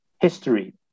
history